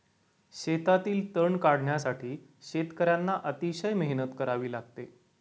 शेतातील तण काढण्यासाठी शेतकर्यांना अतिशय मेहनत करावी लागते